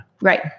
right